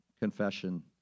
confession